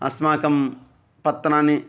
अस्माकं पत्राणि